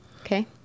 Okay